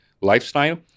lifestyle